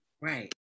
Right